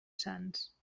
sants